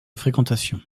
fréquentation